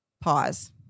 pause